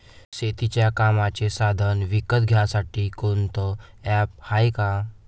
शेतीच्या कामाचे साधनं विकत घ्यासाठी कोनतं ॲप हाये का?